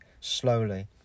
slowly